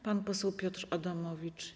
Pan poseł Piotr Adamowicz.